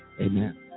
Amen